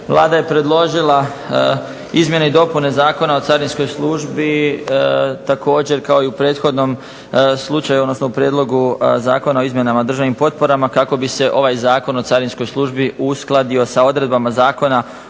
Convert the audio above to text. Vlada je predložila izmjene i dopune Zakona o carinskoj službi, također kao i u prethodnom slučaju odnosno u prijedlogu Zakona o izmjenama državnih potpora kako bi se ovaj Zakon o carinskoj službi uskladio sa odredbama Zakona